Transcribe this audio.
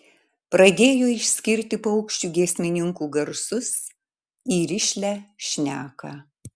pradėjo išskirti paukščių giesmininkų garsus į rišlią šneką